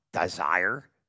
desire